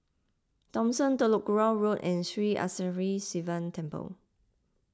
Thomson Telok Kurau Road and Sri Arasakesari Sivan Temple